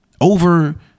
Over